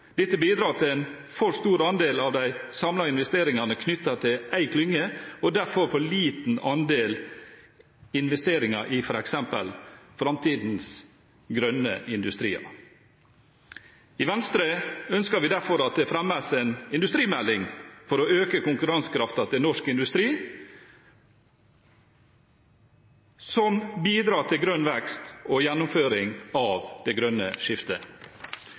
Dette bidrar til at en for stor andel av de samlede investeringene blir knyttet til én klynge – og dermed en for liten andel investeringer i f.eks. framtidens grønne industrier. I Venstre ønsker vi derfor at det fremmes en industrimelding for å øke konkurransekraften til norsk industri, som bidrar til grønn vekst og gjennomføring av det grønne skiftet.